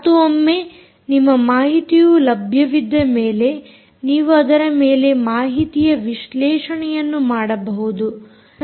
ಮತ್ತು ಒಮ್ಮೆ ನಿಮ್ಮ ಮಾಹಿತಿಯು ಲಭ್ಯವಿದ್ದ ಮೇಲೆ ನೀವು ಅದರ ಮೇಲೆ ಮಾಹಿತಿಯ ವಿಶ್ಲೇಷಣೆಯನ್ನು ಮಾಡಬಹುದು